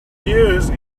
use